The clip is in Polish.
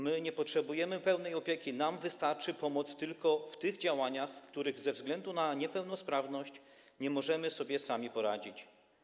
My nie potrzebujemy pełnej opieki, nam wystarczy pomoc tylko w tych działaniach, w których ze względu na niepełnosprawność nie możemy sobie sami poradzić.